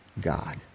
God